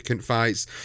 fights